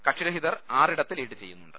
കക്ഷിര ഹിതർ ആറിടത്ത് ലീഡ് ചെയ്യുന്നുണ്ട്